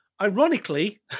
Ironically